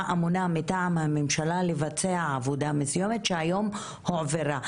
אמונה מטעם הממשלה לבצע עבודה מסוימת שהיום הועברה.